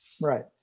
Right